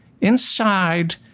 Inside